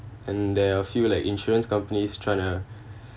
and there are few like insurance companies try to